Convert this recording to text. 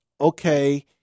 okay